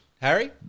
Harry